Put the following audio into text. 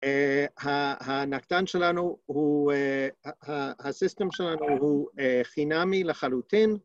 הנקטן שלנו הוא, הסיסטם שלנו הוא חינמי לחלוטין